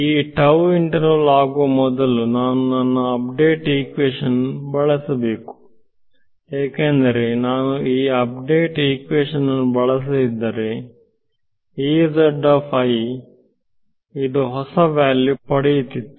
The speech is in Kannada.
ಈ ಇಂಟರ್ವಲ್ ಆಗುವ ಮೊದಲು ನಾನು ನನ್ನ ಅಪ್ಡೇಟ್ ಇಕ್ವೇಶನ್ ಬಳಸಬೇಕು ಏಕೆಂದರೆ ನಾನು ಈ ಅಪ್ಡೇಟ್ ಇಕ್ವೇಶನ್ ಅನ್ನು ಬಳಸದಿದ್ದರೆ ಇದು ಹೊಸ ವ್ಯಾಲ್ಯೂ ಪಡೆಯುತ್ತಿತ್ತು